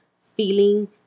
feeling